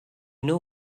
know